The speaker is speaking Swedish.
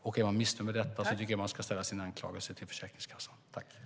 Är man missnöjd med det tycker jag att man ska vända sig till Försäkringskassan med sina anklagelser.